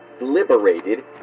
liberated